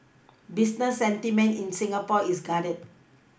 business sentiment in Singapore is guarded